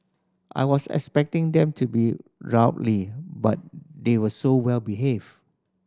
I was expecting them to be rowdy but they were so well behaved